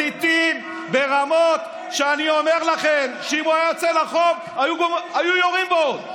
מסיתים ברמות שאני אומר לכם שאם הוא היה יוצא לרחוב היו יורים בו.